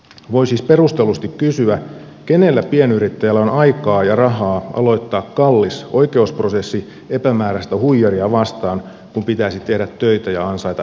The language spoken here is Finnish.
voi siis perustellusti kysyä kenellä pienyrittäjällä on aikaa ja rahaa aloittaa kallis oikeusprosessi epämääräistä huijaria vastaan kun pitäisi tehdä töitä ja ansaita elantoaan